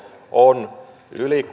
on yli